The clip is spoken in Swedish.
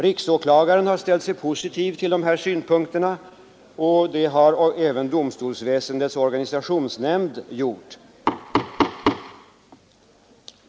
Riksåklagaren har ställt sig positiv till dessa synpunkter, och det har även domstolsväsendets organisationsnämnd gjort.